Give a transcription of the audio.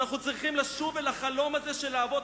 ואנחנו צריכים לשוב אל החלום הזה של האבות.